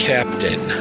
Captain